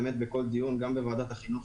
כמו גם בעבר בוועדת החינוך.